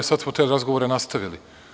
Sada smo te razgovore nastavili.